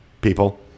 people